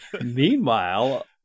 Meanwhile